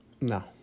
No